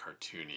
cartoony